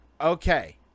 Okay